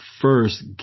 first